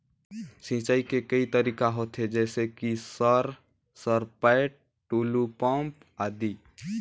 सिंचाई के कई तरीका होथे? जैसे कि सर सरपैट, टुलु पंप, आदि?